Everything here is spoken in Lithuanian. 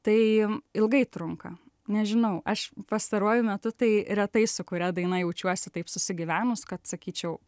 tai ilgai trunka nežinau aš pastaruoju metu tai retai su kuria daina jaučiuosi taip susigyvenus kad sakyčiau